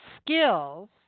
skills